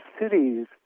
cities